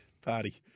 Party